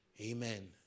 amen